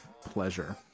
pleasure